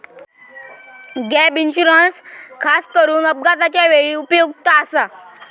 gap insurance खासकरून अपघाताच्या वेळी उपयुक्त आसा